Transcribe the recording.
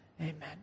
Amen